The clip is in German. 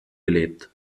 gelebt